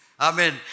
Amen